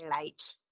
late